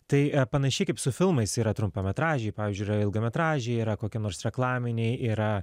tai panašiai kaip su filmais yra trumpametražiai pavyzdžiui yra ilgametražiai yra kokie nors reklaminiai yra